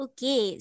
Okay